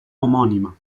omonima